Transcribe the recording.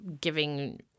giving